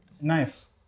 nice